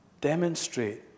demonstrate